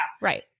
Right